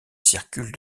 circulent